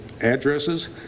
addresses